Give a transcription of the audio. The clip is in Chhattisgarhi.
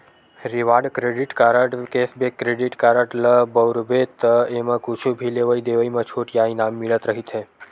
reward credit card, cashback credit card ल बउरबे त एमा कुछु भी लेवइ देवइ म छूट या इनाम मिलत रहिथे